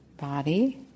body